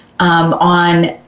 On